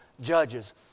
Judges